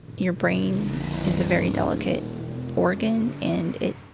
your brain is a very delicate organ. and it